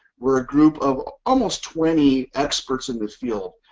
we are a group of almost twenty experts in the field,